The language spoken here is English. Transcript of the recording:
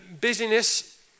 busyness